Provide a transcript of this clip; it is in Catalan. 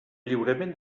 lliurament